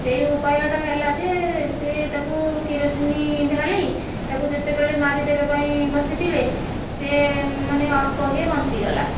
ସେହି ଉପାୟଟା ହେଲା ଯେ ସିଏ ତାକୁ କିରୋସିନୀ ଢାଳି ତାକୁ ଯେତେବେଳେ ମାରିଦେବା ପାଇଁ ବସିଥିଲେ ସେ ମାନେ ଅଳ୍ପକେ ବଞ୍ଚିଗଲା